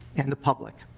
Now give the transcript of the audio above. and the public.